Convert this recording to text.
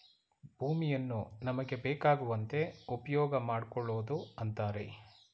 ಭೂಮಿಯನ್ನು ನಮಗೆ ಬೇಕಾಗುವಂತೆ ಉಪ್ಯೋಗಮಾಡ್ಕೊಳೋದು ಅಂತರೆ